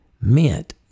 meant